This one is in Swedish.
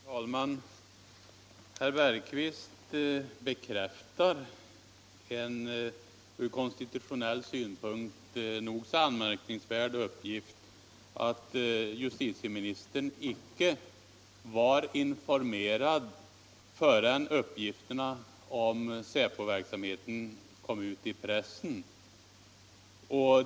Herr talman! Herr Bergqvist bekräftar en ur konstitutionell synpunkt nog så anmärkningsvärd uppgift — att justitieministern inte var informerad förrän uppgifterna om säpoverksamheten kom ut i pressen.